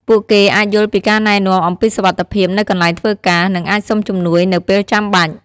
ពួកគេអាចយល់ពីការណែនាំអំពីសុវត្ថិភាពនៅកន្លែងធ្វើការ និងអាចសុំជំនួយនៅពេលចាំបាច់។